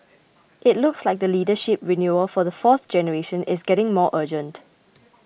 it looks like the leadership renewal for the fourth generation is getting more urgent